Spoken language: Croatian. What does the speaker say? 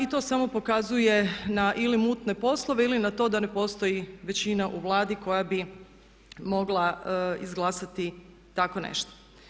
To samo pokazuje na ili mutne poslove ili na to da ne postoji većina u Vladi koja bi mogla izglasati tako nešto.